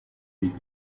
die